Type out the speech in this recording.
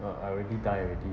uh I already die already